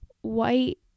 white